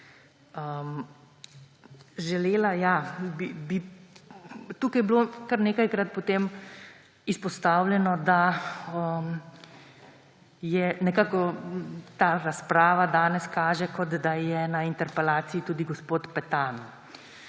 statusa quo. Tukaj je bilo kar nekajkrat potem izpostavljeno, da ta razprava danes kaže, kot da je na interpelaciji tudi gospod Petan.